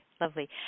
lovely